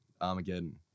Armageddon